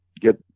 get